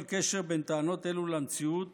כל קשר בין טענות אלו למציאות